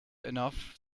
enough